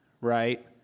Right